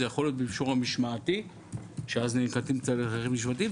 זה יכול להיות במישור המשמעתי שאז ננקטים צעדים אחרים משמעתיים,